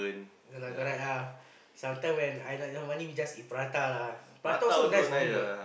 ya lah correct lah sometime when I like no money we just eat prata lah prata also nice for me what